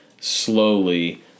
slowly